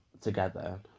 together